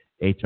HR